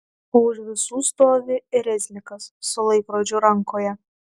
o už visų stovi reznikas su laikrodžiu rankoje